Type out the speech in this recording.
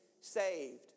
saved